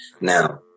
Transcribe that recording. now